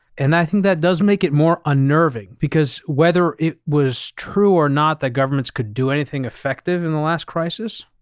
and i think that does make it more unnerving because whether it was true or not that governments could do anything effective in the last crisis,